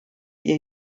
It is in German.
ihr